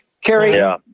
Carrie